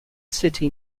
city